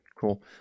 Cool